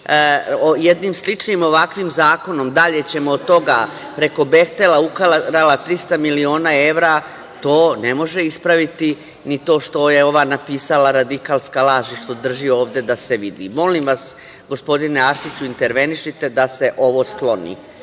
jednim sličnim ovakvim zakonom, dalje ćemo od toga preko Behtela, ukrala 300 miliona evra, to ne može ispraviti ni to što je ova napisala - radikalska laž i što drži ovde da se vidi. Molim vas, gospodine Arsiću, intervenišite da se ovo skloni.